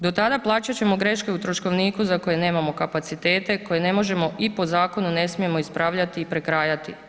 Do tada, plaćat ćemo greške u troškovniku za koje nemamo kapacitete, koje ne možemo, i po zakonu ne smijemo ispravljati i prepravljati.